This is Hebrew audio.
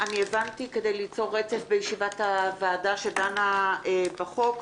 אני הבנתי שכדי ליצור רצף בישיבת הוועדה שדנה בחוק.